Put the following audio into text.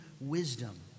wisdom